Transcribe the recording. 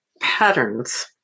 patterns